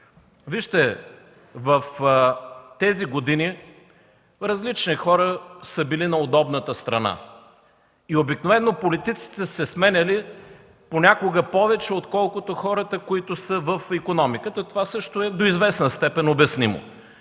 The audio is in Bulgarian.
Вижте, в тези години различни хора са били на удобната страна. Обикновено политиците са се сменяли понякога повече, отколкото хората, които са в икономиката. Това до известна степен също